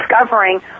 discovering